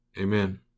Amen